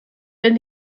wenn